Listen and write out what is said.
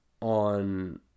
on